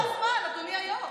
חבל על הזמן, אדוני היו"ר.